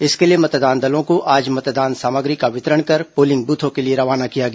इसके लिए मतदान दलों को आज मतदान सामग्री का वितरण कर पोलिंग बूथों के लिए रवाना किया गया